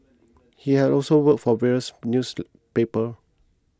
she had also worked for various newspaper